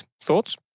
thoughts